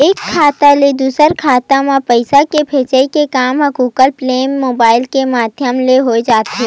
एक खाता ले दूसर खाता म पइसा के भेजई के काम ह गुगल पे म मुबाइल के माधियम ले हो जाथे